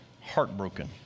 heartbroken